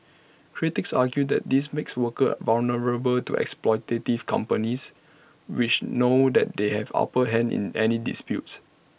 critics argue that this makes workers vulnerable to exploitative companies which know that they have upper hand in any disputes